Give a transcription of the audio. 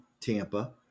Tampa